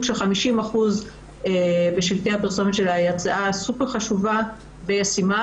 של 50% בשלטי החוצות שלה היא הצעה סופר חשובה וישימה,